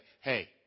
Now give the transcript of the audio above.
hey